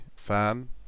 fan